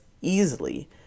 easily